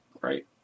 right